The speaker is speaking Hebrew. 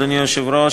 אדוני היושב-ראש,